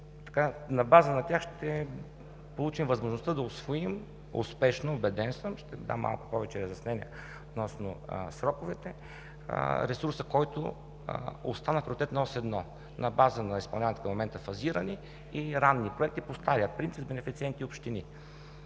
На нейна база ще получим възможността да усвоим успешно – убеден съм, ще дам малко повече разяснения относно сроковете – ресурса, който остана по приоритетна ос 1 на база на изпълнявани в момента фазирани и ранни проекти по стария принцип бенефициенти и общини.